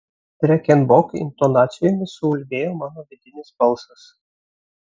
freken bok intonacijomis suulbėjo mano vidinis balsas